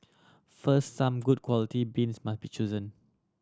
first some good quality beans must be chosen